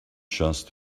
just